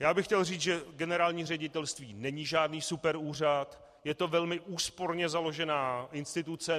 Já bych chtěl říci, že generální ředitelství není žádný superúřad, je to velmi úsporně založená instituce.